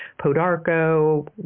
podarco